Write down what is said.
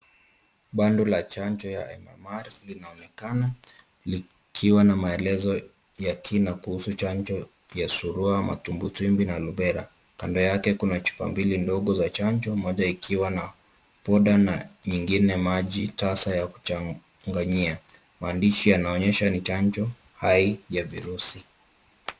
Bando la chanjo ya MMR linaonekana likiwa na maelezo ya kina kuhusu chanjo ya Surua, Matumbwitumbwi na Rubela. Kando yake kuna chupa mbili ndogo za chanjo moja ikiwa na poda na nyingine maji tasa ya kuchanganyia. Maandishi yanaonyesha ni chanjo hai ya virusi.